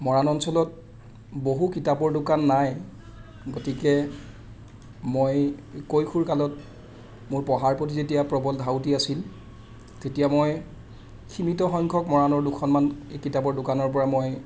মৰাণ অঞ্চলত বহু কিতাপৰ দোকান নাই গতিকে মই কৈশোৰ কালত মোৰ পঢ়াৰ প্ৰতি যেতিয়া প্ৰৱল ধাউতি আছিল তেতিয়া মই সিমিত সংখ্যক মৰাণৰ দুখনমান কিতাপৰ দোকানৰ পৰা মই